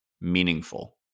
meaningful